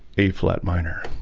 a flat minor